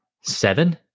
seven